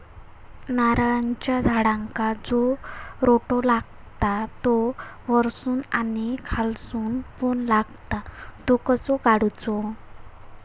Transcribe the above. नारळाच्या झाडांका जो रोटो लागता तो वर्सून आणि खालसून पण लागता तो कसो काडूचो?